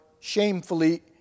shamefully